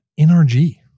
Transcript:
NRG